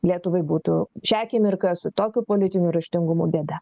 lietuvai būtų šią akimirką su tokiu politiniu raštingumu bėda